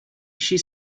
she